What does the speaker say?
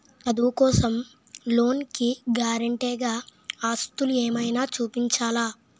చదువు కోసం లోన్ కి గారంటే గా ఆస్తులు ఏమైనా చూపించాలా?